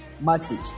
message